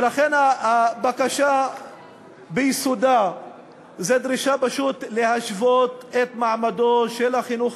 ולכן הבקשה ביסודה זו דרישה פשוט להשוות את מעמדו של החינוך